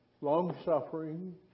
long-suffering